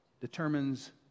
determines